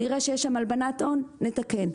נראה שיש שם הלבנת הון נתקן.